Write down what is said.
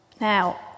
Now